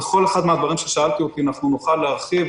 בכל אחד מן הדברים שעליהם שאלתם אותי אנחנו נוכל להרחיב.